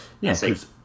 Yes